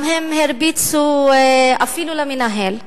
הם גם הרביצו, אפילו למנהל,